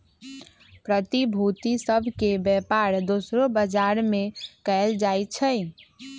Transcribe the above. प्रतिभूति सभ के बेपार दोसरो बजार में कएल जाइ छइ